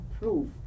proof